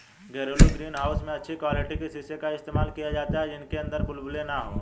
घरेलू greenhouse में अच्छी क्वालिटी के शीशे का इस्तेमाल किया जाता है जिनके अंदर बुलबुले ना हो